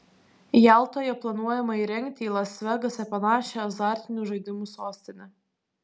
jaltoje planuojama įrengti į las vegasą panašią azartinių žaidimų sostinę